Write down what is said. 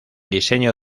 diseño